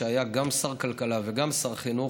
שהיה גם שר כלכלה וגם שר חינוך,